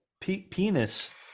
penis